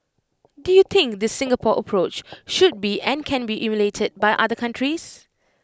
do you think this Singapore approach should be and can be emulated by other countries